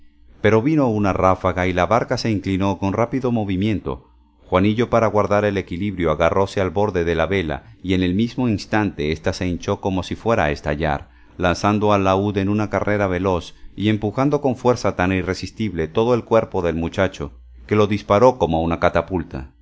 pero vino una ráfaga y la barca se inclinó con rápido movimiento juanillo para guardar el equilibrio agarrose al borde de la vela y en el mismo instante ésta se hinchó como si fuera a estallar lanzando al laúd en una carrera veloz y empujando con fuerza tan irresistible todo el cuerpo del muchacho que lo disparó como una catapulta